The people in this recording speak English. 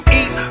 eat